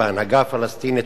בהנהגה הפלסטינית,